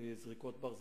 זריקות ברזלים,